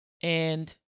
And-